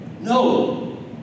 No